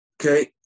Okay